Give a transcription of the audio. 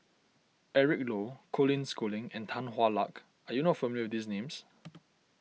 Eric Low Colin Schooling and Tan Hwa Luck are you not familiar with these names